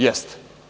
Jeste.